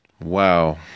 Wow